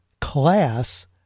class